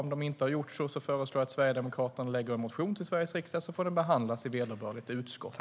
Om de inte har gjort det föreslår jag att Sverigedemokraterna väcker en motion i Sveriges riksdag som kan behandlas i vederbörligt utskott.